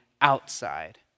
outside